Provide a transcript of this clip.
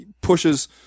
pushes